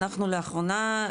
אנחנו לאחרונה,